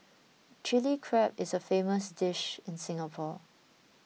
Chilli Crab is a famous dish in Singapore